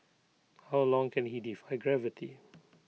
how long can he defy gravity